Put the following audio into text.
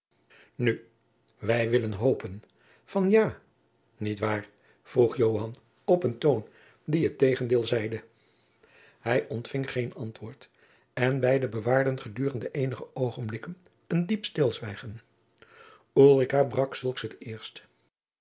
nu wij willen hopen van ja niet waar vroeg joan op een toon die het tegendeel zeide hij ontving geen antwoord en beide bewaarden gedurende eenige oogenblikken een diep stilzwijgen ulrica brak zulks het eerst